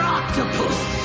Octopus